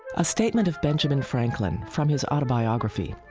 a statement of benjamin franklin, from his autobiography.